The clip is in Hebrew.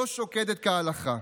לא שוקדת כהלכה.